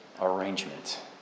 arrangement